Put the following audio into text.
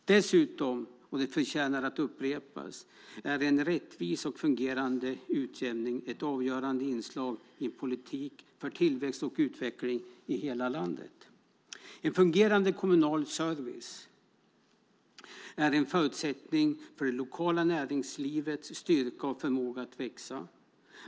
Dessutom, och det förtjänar att upprepas, är en rättvis och fungerande utjämning ett avgörande inslag i en politik för tillväxt och utveckling i hela landet. En fungerande kommunal service är en förutsättning för det lokala näringslivets styrka och förmåga att växa.